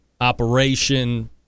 operation